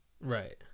Right